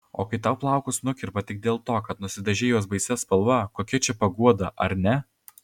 o kai tau plaukus nukerpa tik dėl to kad nusidažei juos baisia spalva kokia čia paguoda ar ne